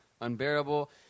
unbearable